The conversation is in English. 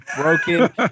broken